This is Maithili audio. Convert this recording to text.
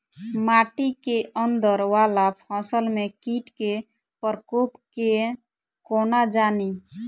माटि केँ अंदर वला फसल मे कीट केँ प्रकोप केँ कोना जानि?